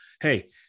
hey